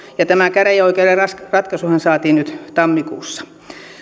tämä käräjäoikeuden ratkaisuhan saatiin nyt tammikuussa